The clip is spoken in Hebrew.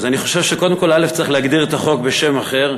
אז אני חושב שקודם כול צריך להגדיר את החוק בשם אחר,